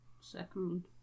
second